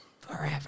Forever